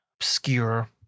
obscure